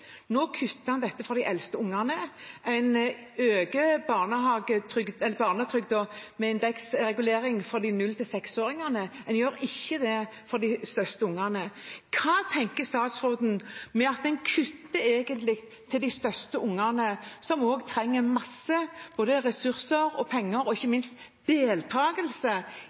Nå kutter en dette for de eldste ungene. En øker barnetrygden, med indeksregulering, for null- til seksåringene, en gjør ikke det for de største ungene. Hva tenker statsråden om at en egentlig kutter til de største ungene, som også trenger mange ressurser og penger, og ikke minst